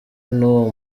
n’uwo